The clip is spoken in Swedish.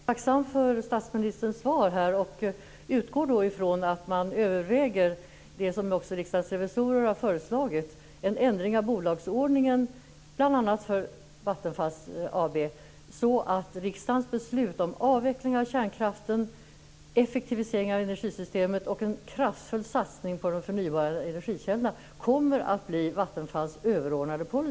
Fru talman! Jag är tacksam för statsministerns svar och utgår då ifrån att man överväger det som också Riksdagens revisorer har föreslagit, nämligen en ändring av bolagsordningen för bl.a. Vattenfall AB, så att riksdagens beslut om avveckling av kärnkraften, effektivisering av energisystemet och en kraftfull satsning på de förnybara energikällorna kommer att bli